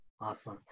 Awesome